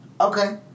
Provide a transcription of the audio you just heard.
Okay